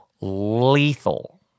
lethal